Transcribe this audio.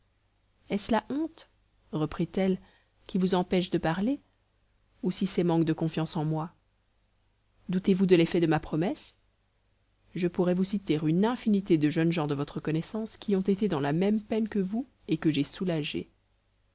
est-ce la honte reprit-elle qui vous empêche de parler ou si c'est manque de confiance en moi doutez-vous de l'effet de ma promesse je pourrais vous citer une infinité de jeunes gens de votre connaissance qui ont été dans la même peine que vous et que j'ai soulagés